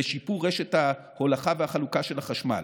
לשיפור רשת ההולכה והחלוקה של החשמל.